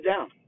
down